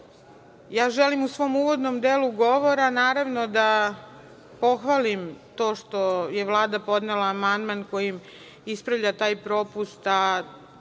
u svom uvodnom delu govora, naravno, da pohvalim to što je Vlada podnela amandman kojim ispravlja taj propust, a